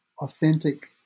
authentic